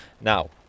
Now